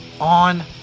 On